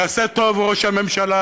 יעשה טוב ראש הממשלה,